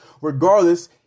regardless